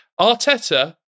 Arteta